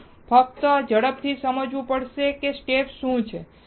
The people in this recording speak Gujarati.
આપણે ફક્ત ઝડપથી સમજવું પડશે કે સ્ટેપ શું છે